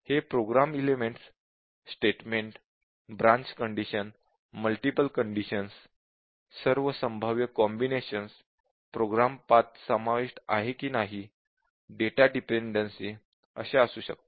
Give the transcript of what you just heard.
हे program elements statement branch condition multiple conditions सर्व संभाव्य कॉम्बिनेशन्स प्रोग्राम पाथ समाविष्ट आहे की नाही डेटा डिपेंडेन्सी असू शकतात